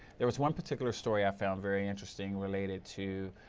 there was one particular story i found very interesting related to